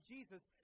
Jesus